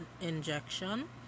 injection